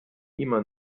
immer